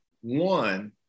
One